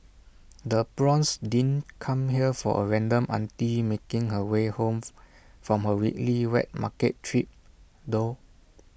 the prawns didn't come here from A random auntie making her way home from her weekly wet market trip though